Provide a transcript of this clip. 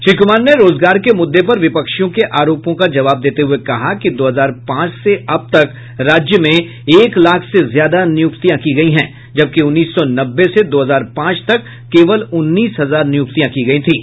श्री कुमार ने रोजगार के मुद्दे पर विपक्षियों के आरोपों का जवाब देते हुए कहा कि दो हजार पांच से अब तक राज्य में एक लाख से ज्यादा नियुक्तियां की गयी हैं जबकि उन्नीस सौ नब्बे से दो हजार पांच तक केवल उन्नीस हजार नियुक्तियां की गयी थीं